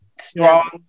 strong